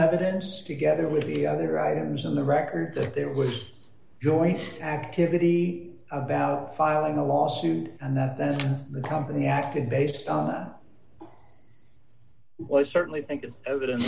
evidence together with the other items in the record that there was going to activity about filing a lawsuit and that then the company acted based on that well i certainly think the evidence